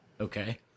Okay